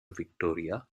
victoria